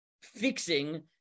fixing